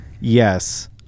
yes